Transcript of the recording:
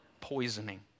poisoning